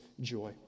joy